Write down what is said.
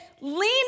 lean